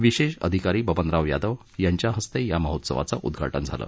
विशेष अधिकारी बबनराव यादव यांच्या हस्ते काल या महोत्सवाच उद्घाटन झालं